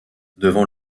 devant